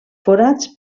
forats